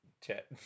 chat